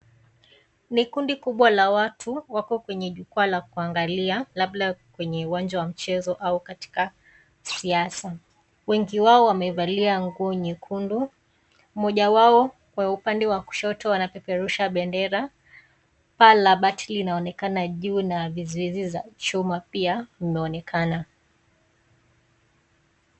Ni kundi kubwa la watu wako kwenye jukwaa la kuangalia labda kwenye uwanja wa mchezo au katika siasa, wengi wao wamevalia nguo nyekundu, mmoja wao wa upande wa kushoto wanapeperusha bendera, paa la bati linaonekana juu na vizuizi za chuma pia unaonekana.